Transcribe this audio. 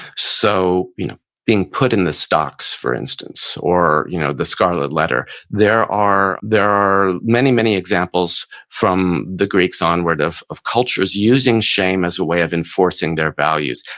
so you know being put in the stocks, for instance, or you know the scarlet letter. there are there are many, many examples from the greeks onward of of cultures using shame as a way of enforcing their values.